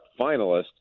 finalist